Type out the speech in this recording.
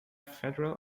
federal